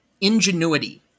ingenuity